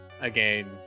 again